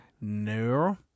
No